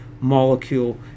molecule